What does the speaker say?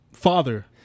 father